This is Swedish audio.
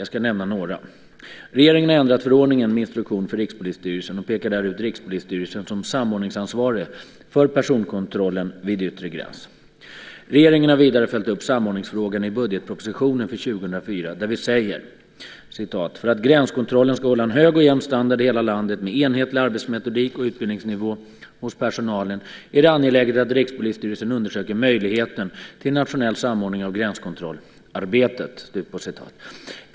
Jag ska nämna några: Regeringen har ändrat förordningen med instruktion för Rikspolisstyrelsen och pekar där ut Rikspolisstyrelsen som samordningsansvarig för personkontrollen vid yttre gräns. Regeringen har vidare följt upp samordningsfrågan i budgetpropositionen för 2004 där vi säger: "För att gränskontrollen skall hålla en hög och jämn standard i hela landet, med enhetlig arbetsmetodik och utbildningsnivå hos personalen, är det angeläget att Rikspolisstyrelsen undersöker möjligheten till nationell samordning av gränskontrollarbetet."